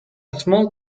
small